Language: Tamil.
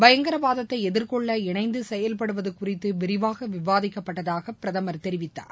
பயங்கரவாதத்தை எதிர்கொள்ள இணைந்து செயல்படுவது குறித்து விரிவாக விவாதிக்கப்பட்டதாக பிரதமர் தெரிவித்துள்ளார்